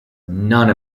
none